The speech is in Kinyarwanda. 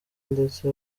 ndetse